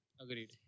Agreed